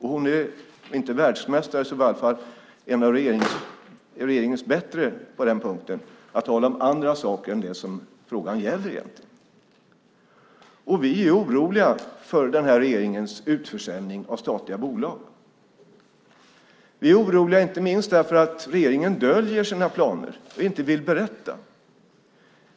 Hon är om inte världsmästare så i alla fall bland de bättre i regeringen när det gäller att tala om andra saker än det som frågan egentligen gäller. Vi är oroliga för den här regeringens utförsäljning av statliga bolag. Vi är oroliga inte minst därför att regeringen döljer sina planer och inte vill berätta.